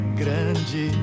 grande